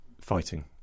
fighting